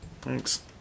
thanks